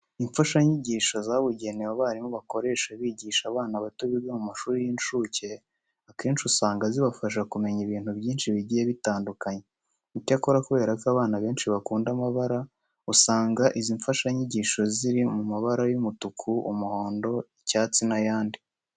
Imfashanyigisho zabugenewe abarimu bakoresha bigisha abana bato biga mu mashuri y'incuke, akenshi usanga zibafasha kumenya ibintu byinshi bigiye bitandukanye. Icyakora kubera ko abana benshi bakunda amabara usanga izi mfashanyigisho ziri mu mabara y'umutuku, umuhondo, icyatsi n'ayandi.